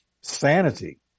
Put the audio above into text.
sanity